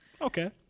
Okay